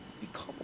Become